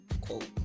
Quote